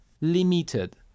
limited